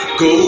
go